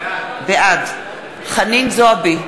בעד חנין זועבי,